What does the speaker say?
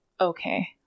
okay